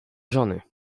żony